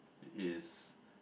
is